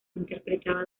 interpretaba